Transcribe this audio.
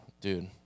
dude